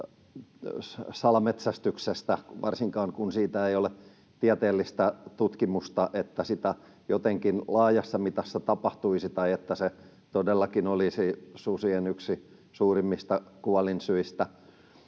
salametsästyksestä, varsinkaan kun siitä ei ole tieteellistä tutkimusta, että sitä jotenkin laajassa mitassa tapahtuisi tai että se todellakin olisi susien yksi suurimmista kuolinsyistä.